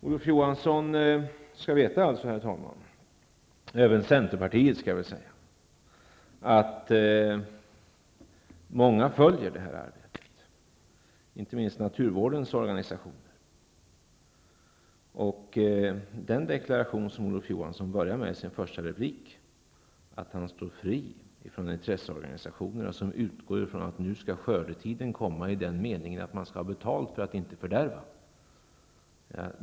Olof Johansson skall veta -- även centerpartiet, skall jag säga -- att många följer det här arbetet, inte minst naturvårdens organisationer. Olof Johansson började sin första replik med att säga att han står fri från intresseorganisationerna som utgår ifrån att nu skall skördetiden komma, i den meningen att man skall ha betalt för att inte fördärva.